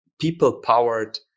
people-powered